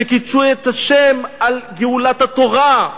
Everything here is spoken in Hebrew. שקידשו את השם על גאולת התורה,